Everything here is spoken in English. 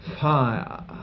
fire